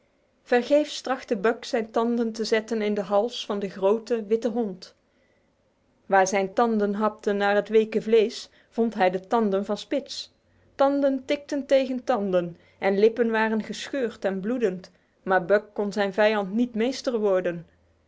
vergeefs trachtte buck zijn tanden te zetten in de hals van de grote witte hond waar zijn tanden hapten naar het weke vlees vond hij de tanden van spitz tanden tikten tegen tanden en lippen waren gescheurd en bloedend maar buck kon zijn vijand niet meester worden